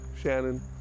Shannon